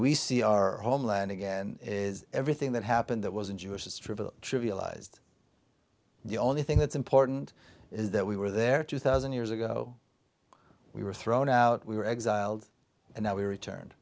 we see our homeland again is everything that happened that was in jewish history trivialized the only thing that's important is that we were there two thousand years ago we were thrown out we were exiled and now we returned